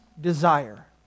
desire